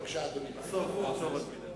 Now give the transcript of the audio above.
בבקשה, אדוני.